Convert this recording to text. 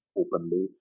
openly